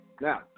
Now